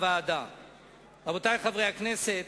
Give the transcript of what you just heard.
רבותי חברי הכנסת,